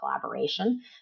collaboration